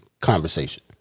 Conversation